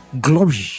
Glory